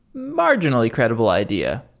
marginally credible idea,